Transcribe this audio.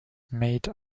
made